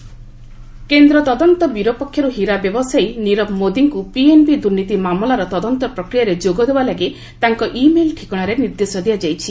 CBI Nirav Modi କେନ୍ଦ୍ର ତଦନ୍ତ bureau ପକ୍ଷରୁ ହୀରା ବ୍ୟବସାୟୀ ନିରବ ମୋଦିଙ୍କୁ ପିଏନ୍ବି ଦୁର୍ନୀତି ମାମଲାର ତଦନ୍ତ ପ୍ରକ୍ରିୟାରେ ଯୋଗ ଦେବା ଲାଗି ତାଙ୍କ ଇ ମେଲ୍ ଠିକଣାରେ ନିର୍ଦ୍ଦେଶ ଦିଆଯାଇଛି